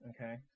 Okay